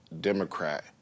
Democrat